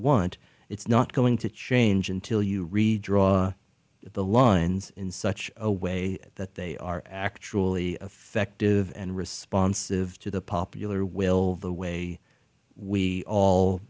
want it's not going to change until you redraw the lines in such a way that they are actually affected and responsive to the popular will the way we all